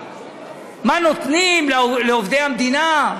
מה נותנים לעובדי המדינה,